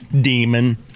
demon